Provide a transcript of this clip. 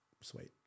sweet